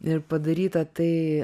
ir padaryta tai